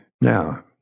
Now